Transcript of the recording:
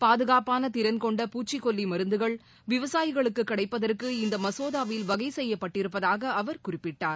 பாதுகாப்பான திறன் கொண்ட பூச்சிக்கொல்லி மருந்துகள் விவசாயிகளுக்கு கிடைப்பதற்கு இந்த மசோதாவில் வகை செய்யப்பட்டிருப்பதாக அவர் குறிப்பிட்டார்